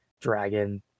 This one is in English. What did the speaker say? dragon